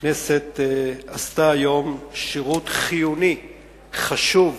הכנסת עשתה היום שירות חיוני וחשוב